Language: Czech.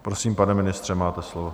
Prosím, pane ministře, máte slovo.